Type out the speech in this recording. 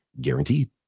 guaranteed